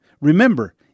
Remember